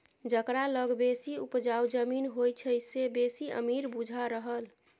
जकरा लग बेसी उपजाउ जमीन होइ छै से बेसी अमीर बुझा रहल